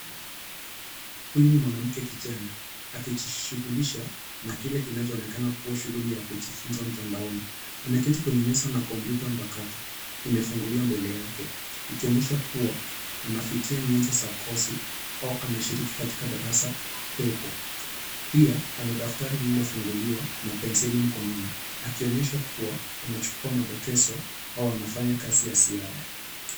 Huyu ni mwanamke kijana akijishughulisha na kile kinachoonekana kuwa shughuli ya kujifunza mtandoani. Ameketi kwenye meza na kompyuta mpakato imefunguliwa mbele yake ikionyesha kuwa anafikia nyanzo za kosi au anashiriki katika darasa pepe. Pia, ana daftari lililofunguliwa na penseli mkononi akionyesha kuwa anachukua madokezo au anafanya kazi ya ziada.